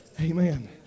Amen